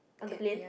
on the plane